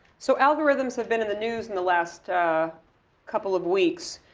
so, algorithms have been in the news in the last couple of weeks.